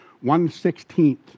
one-sixteenth